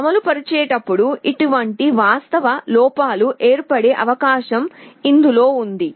అమలుపరిచేటపుడు ఇటువంటి వాస్తవ లోపాలు ఏర్పడే అవకాశం ఇందులో ఉంది